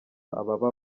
ababa